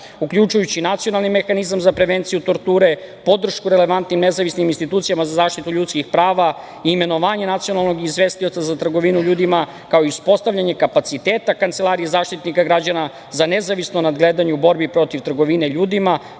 uključujući i nacionalni mehanizam za prevenciju torture, podršku relevantnim nezavisnim institucijama za zaštitu ljudskih prava i imenovanje nacionalnog izvestioca za trgovinu ljudima, kao i uspostavljanje kapaciteta Kancelarije Zaštitnika građana za nezavisno nadgledanje u borbi protiv trgovine ljudima,